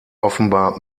offenbar